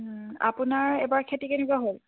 আপোনাৰ এইবাৰ খেতি কেনেকুৱা হ'ল